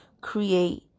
create